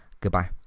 Goodbye